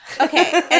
Okay